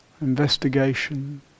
investigation